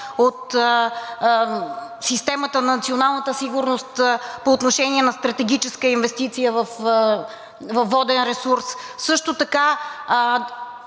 от системата на националната сигурност, по отношение на стратегическа инвестиция във воден ресурс? Също така,